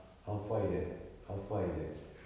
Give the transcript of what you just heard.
how far is that how far is that